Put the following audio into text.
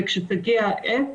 וכשתגיע העת,